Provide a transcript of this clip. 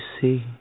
see